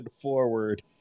forward